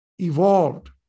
evolved